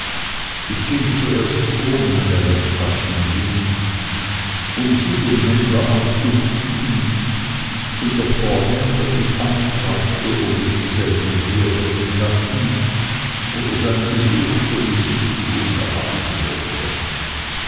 ich ging zuerst ohne meine landschaften hin um sie dem händler anzubieten in der form daß ich anfragte ob ich dieselben herbringen lassen oder seinen besuch zur besichtigung erwarten dürfe